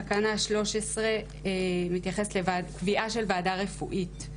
תקנה 13 מתייחסת לקביעה של ועדה רפואית,